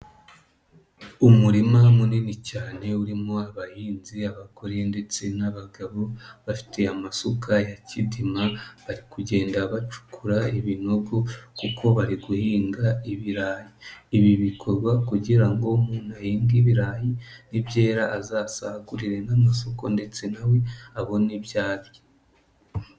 Umurima munini cyane urimo abahinzi, abagore ndetse n'abagabo bafite amasuka ya kidima bari kugenda bacukura ibinogo kuko bari guhinga ibirayi, ibi bikorwa kugira ngo umuntu ahinge ibirayi nibyera azasagurire n'amasoko ndetse nawe abone ibyo arya.